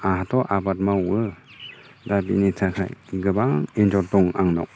आंहाथ' आबाद मावो दा बिनि थाखाय गोबां एन्जर दं आंनाव